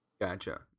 gotcha